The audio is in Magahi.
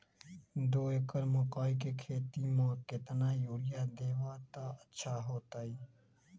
दो एकड़ मकई के खेती म केतना यूरिया देब त अच्छा होतई?